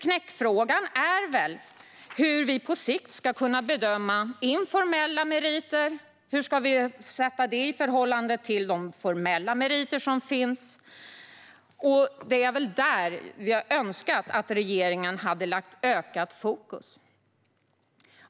Knäckfrågan är väl hur vi på sikt ska kunna bedöma informella meriter och hur vi ska sätta dessa i förhållande till de formella meriter som finns. Det är där vi skulle önska att regeringen hade lagt mer fokus.